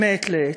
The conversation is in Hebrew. מעת לעת.